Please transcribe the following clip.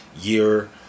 year